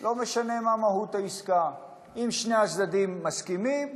לא משנה מה מהות העסקה, אם שני הצדדים מסכימים,